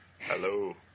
Hello